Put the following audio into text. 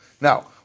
Now